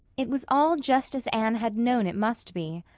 it was all just as anne had known it must be.